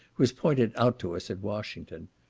was pointed out to us at washington.